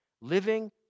Living